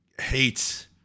hate